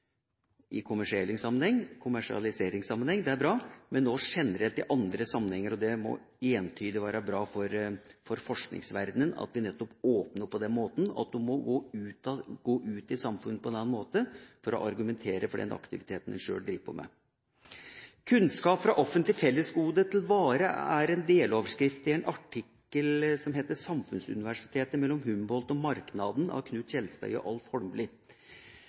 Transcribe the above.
kommersialiseringssammenheng. Det er bra – òg generelt i andre sammenhenger. Det må entydig være bra for forskningsverdenen at vi åpner opp på den måten – at en må gå ut i samfunnet på en annen måte for å argumentere for den aktiviteten en sjøl driver med. «Kunnskap – fra offentlig fellesgode til vare» er en deloverskrift i en artikkel som heter «Samfunnsuniversitetet – mellom Humboldt og marknaden», av Knut Kjeldstadli og Alf